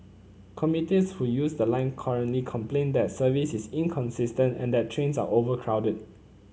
commuters who use the line currently complain that service is inconsistent and that trains are overcrowded